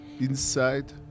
Inside